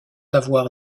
avoir